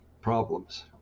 problems